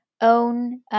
own